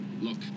Look